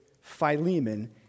Philemon